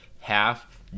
half